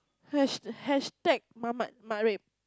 hash~ hashtag Mamat Mat Arip